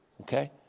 okay